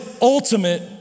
ultimate